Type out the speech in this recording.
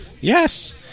Yes